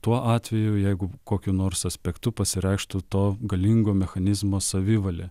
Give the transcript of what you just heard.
tuo atveju jeigu kokiu nors aspektu pasireikštų to galingo mechanizmo savivalė